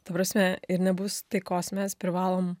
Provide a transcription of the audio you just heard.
ta prasme ir nebus taikos mes privalom